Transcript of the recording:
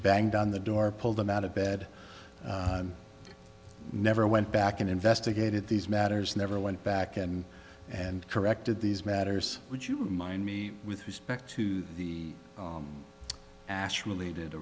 banged on the door pulled him out of bed never went back and investigated these matters never went back and and corrected these matters would you mind me with respect to the ash related